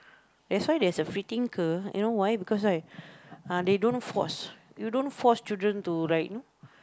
that's why there's a free thinker you know why because right ah they don't force you don't force children to like you know